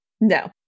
No